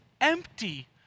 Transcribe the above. empty